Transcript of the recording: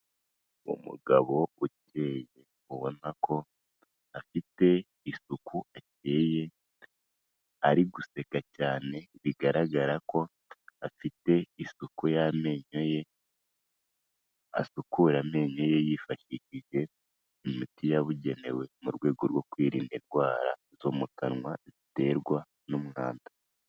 Umugabo ukeye ubona ko afite isuku akeye, ari guseka cyane, bigaragara ko afite isuku y'amenyo ye, asukura amenyo ye yifashishije imiti yabugenewe mu rwego rwo kwirinda indwara zo mu kanwa ziterwa n'umwanda.